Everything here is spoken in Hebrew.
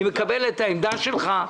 אני מקבל את עמדתך,